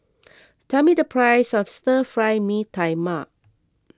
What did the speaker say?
tell me the price of Stir Fry Mee Tai Mak